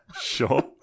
Sure